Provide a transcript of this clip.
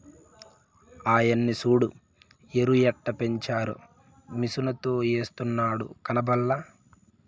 ఆయన్ని సూడు ఎరుయెట్టపెంచారో మిసనుతో ఎస్తున్నాడు కనబల్లా